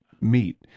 meat